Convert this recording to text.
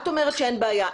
את אומרת שאין בעיה,